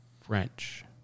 French